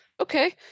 Okay